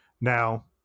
Now